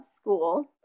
school